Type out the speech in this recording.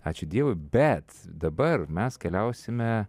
ačiū dievui bet dabar mes keliausime